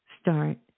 Start